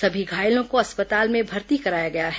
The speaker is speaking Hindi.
सभी घायलों को अस्पताल में भर्ती कराया गया है